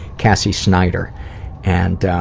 cassie snider and um,